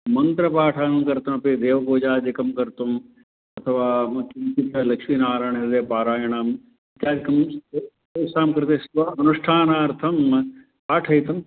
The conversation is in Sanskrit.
मन्त्रपाठनं कर्तुमपि देवपूजादिकं कर्तुम् अथवा किञ्चित् लक्ष्मीनारायण पारायणम् इत्यादिकं तेषां कृते स्व अनुष्ठानार्थं पाठयितुं